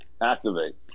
Activate